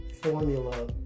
formula